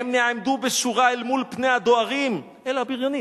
הם נעמדו בשורה אל מול פני הדוהרים" אלה הבריונים